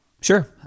Sure